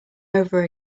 over